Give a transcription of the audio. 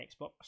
Xbox